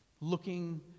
looking